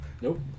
Nope